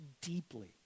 deeply